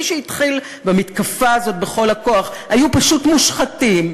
מי שהתחילו במתקפה הזאת בכל הכוח היו פשוט מושחתים,